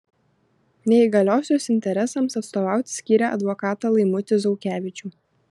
neįgaliosios interesams atstovauti skyrė advokatą laimutį zaukevičių